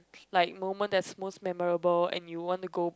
like moments that most memorable and you want to go